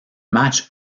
match